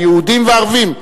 היהודים והערבים.